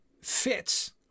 fits